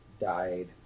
died